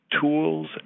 tools